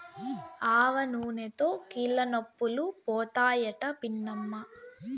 ఆవనూనెతో కీళ్లనొప్పులు పోతాయట పిన్నమ్మా